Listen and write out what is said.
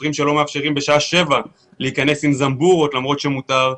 שוטרים שלא מאפשרים בשעה 7 בערב להיכנס עם זמבורות למרות שמותר,